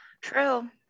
True